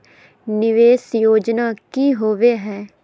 निवेस योजना की होवे है?